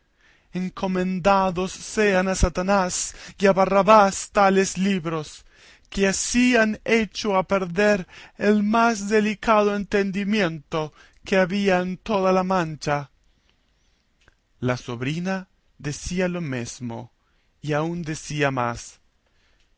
encomendados sean a satanás y a barrabás tales libros que así han echado a perder el más delicado entendimiento que había en toda la mancha la sobrina decía lo mesmo y aun decía más